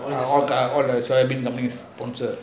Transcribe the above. everything is sponsor